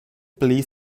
pli